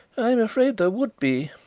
i am afraid there would be,